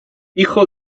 hijo